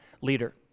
leader